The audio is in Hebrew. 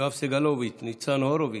האחריות הפלילית בעבירות שנבעו בדיעבד מתקנות אלו.